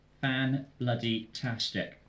Fan-bloody-tastic